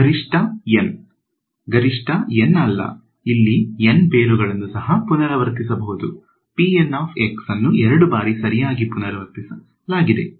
ಗರಿಷ್ಠ N ಅಲ್ಲ ಇಲ್ಲಿ N ಬೇರುಗಳನ್ನು ಸಹ ಪುನರಾವರ್ತಿಸಬಹುದು ಅನ್ನು ಎರಡು ಬಾರಿ ಸರಿಯಾಗಿ ಪುನರಾವರ್ತಿಸಲಾಗಿದೆ